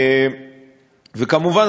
כמובן,